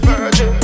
Virgin